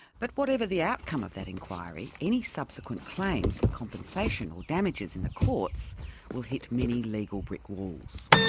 but whatever the outcome of that inquiry, any subsequent claims for compensation or damages in the courts will hit mini legal brick walls.